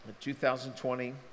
2020